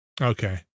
Okay